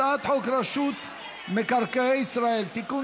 הצעת חוק רשות מקרקעי ישראל (תיקון,